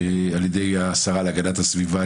על ידי השרה להגנת הסביבה,